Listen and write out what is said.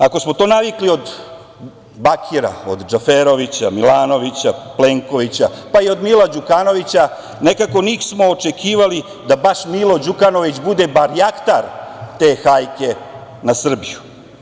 Ako smo to navikli od Bakira, od Džaferovića, od Milanovića, Plenkovića, pa i od Mila Đukanovića, nekako nismo očekivali da baš Milo Đukanović bude barjaktar te hajke na Srbiju.